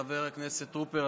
חבר הכנסת טרופר,